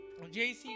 JC